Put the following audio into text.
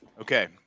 Okay